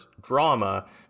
drama